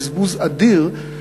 בזבוז אדיר,